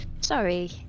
Sorry